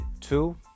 two